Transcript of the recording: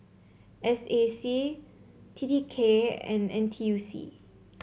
S A C T T K and N T U C